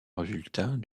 résultat